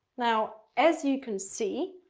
now as you can see,